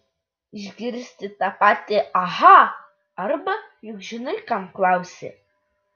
išgirsti tą patį aha arba juk žinai kam klausi